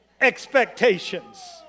expectations